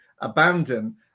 abandon